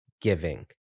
giving